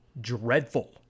dreadful